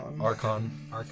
Archon